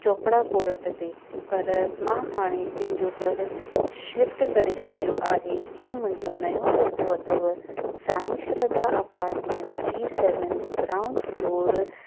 Chopra court ते पर मां हाणे पंहिंजो घरु शिफ्ट करे छॾियो आहे ऐं मुंहिंजो नयो पतो अथव साईं श्रद्धा अपार्टमेंट जी सेवन ग्राउंड फ्लोर